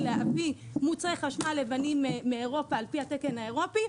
להביא מוצרי חשמל לבנים מאירופה על פי התקן האירופי,